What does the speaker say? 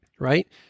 right